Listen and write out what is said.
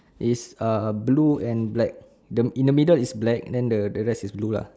is uh blue and black the in the middle is black then the the rest is blue uh